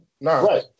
No